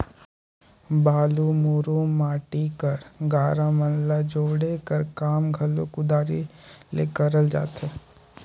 बालू, मुरूम, माटी कर गारा मन ल जोड़े कर काम घलो कुदारी ले करल जाथे